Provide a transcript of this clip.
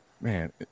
man